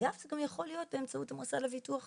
ואגב זה גם יכול להיות באמצעות המוסד לביטוח לאומי.